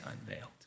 unveiled